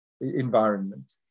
environment